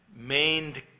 maned